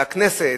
זה הכנסת,